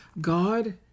God